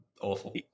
awful